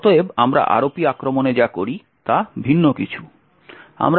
অতএব আমরা ROP আক্রমণে যা করি তা ভিন্ন কিছু